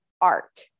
art